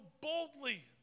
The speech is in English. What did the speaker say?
boldly